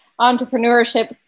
entrepreneurship